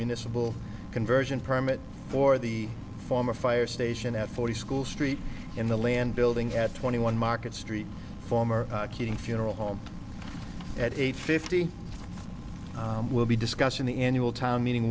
municipal conversion permit for the former fire station at forty school st in the land building at twenty one market street former king funeral home at eight fifteen we'll be discussing the annual town meeting